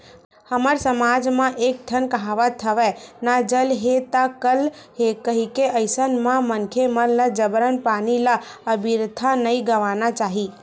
हमर समाज म एक ठन कहावत हवय ना जल हे ता कल हे कहिके अइसन म मनखे मन ल जबरन पानी ल अबिरथा नइ गवाना चाही